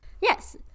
Yes